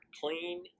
clean